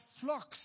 flocks